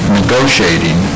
negotiating